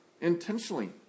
intentionally